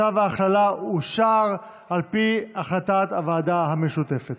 צו ההכללה אושר על פי החלטת הוועדה המשותפת.